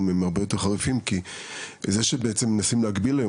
הם הרבה יותר חריפים כי כל העניין הזה שבו פשוט מנסים להגביל היום